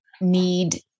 need